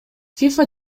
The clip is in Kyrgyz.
фифа